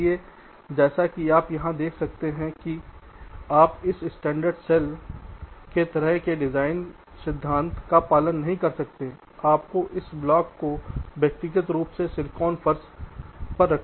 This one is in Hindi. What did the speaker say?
इसलिए जैसा कि आप यहां देख सकते हैं कि आप इस स्टैंडर्ड सेल के तरह के डिजाइन सिद्धांत का पालन नहीं कर सकते हैं आपको इस ब्लॉक को व्यक्तिगत रूप से सिलिकॉन फर्श पर रखना होगा